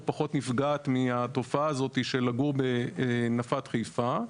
פחות נפגעת מהתופעה הזו של לגור בנפת חיפה,